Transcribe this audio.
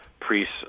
priests